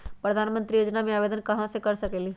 प्रधानमंत्री योजना में आवेदन कहा से कर सकेली?